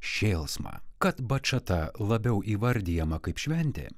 šėlsmą kad bačata labiau įvardijama kaip šventė